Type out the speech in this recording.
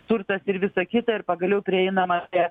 turtas ir visa kita ir pagaliau prieinama prie